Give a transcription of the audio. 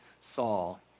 Saul